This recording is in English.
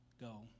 go